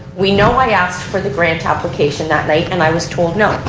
we know i asked for the grant application that night and i was told no.